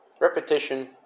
repetition